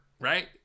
right